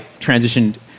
transitioned